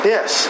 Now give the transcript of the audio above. Yes